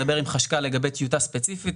אני אדבר עם חשכ"ל לגבי טיוטה ספציפית.